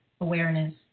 awareness